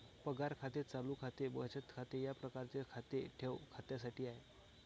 पगार खाते चालू खाते बचत खाते या प्रकारचे खाते ठेव खात्यासाठी आहे